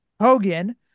Hogan